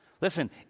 Listen